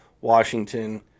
Washington